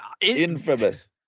Infamous